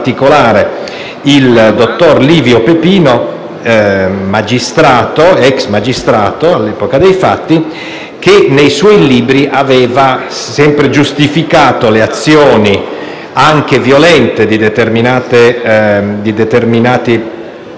il dottor Livio Pepino, ex magistrato all'epoca dei fatti, che nei suoi libri aveva sempre giustificato le azioni, anche violente, di determinati